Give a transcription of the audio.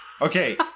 Okay